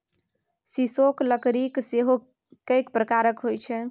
सीसोक लकड़की सेहो कैक प्रकारक होए छै